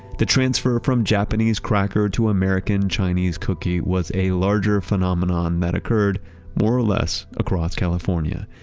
the transfer from japanese cracker to american-chinese cookie was a larger phenomenon that occurred more or less across california,